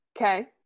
okay